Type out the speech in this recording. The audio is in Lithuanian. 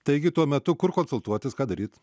taigi tuo metu kur konsultuotis ką daryt